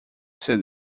seu